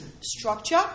structure